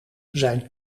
zijn